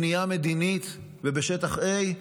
בנייה מדינית ובשטח A,